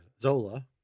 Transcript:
Zola